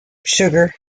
sugar